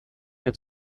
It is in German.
mehr